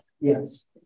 Yes